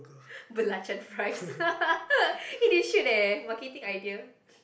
Belacan fries eh they should eh marketing idea